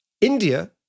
India